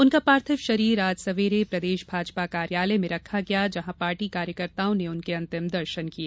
उनका पार्थिव शरीर आज सवेरे प्रदेश भाजपा कार्यालय में रखा गया जहां पार्टी कार्यकर्तायों ने उनके अंतिम दर्शन किए